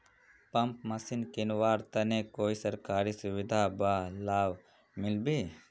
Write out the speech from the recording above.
Pump machine किनवार तने कोई सरकारी सुविधा बा लव मिल्बी?